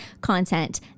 content